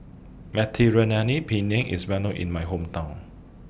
Mediterranean Penne IS Well known in My Hometown